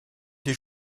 des